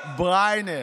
בריינר.